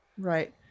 Right